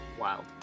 wild